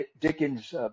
Dickens